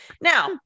Now